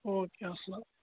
okay اَسلام